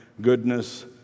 goodness